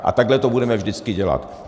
A takhle to budeme vždycky dělat.